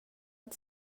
att